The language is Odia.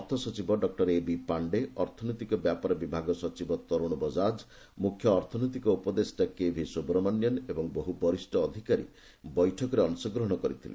ଅର୍ଥ ସଚିବ ଡକ୍କର ଏବି ପାଣ୍ଡେ ଅର୍ଥନୈତିକ ବ୍ୟାପାର ବିଭାଗ ସଚିବ ତରୁଣ ବଜାଜ୍ ମୁଖ୍ୟ ଅର୍ଥନୈତିକ ଉପଦେଷ୍ଟା କେଭି ସୁବ୍ରମଣ୍ୟନ୍ ଓ ବହୁ ବରିଷ୍ଣ ଅଫିସର ବୈଠକରେ ଅଂଶଗ୍ରହଣ କରିଥିଲେ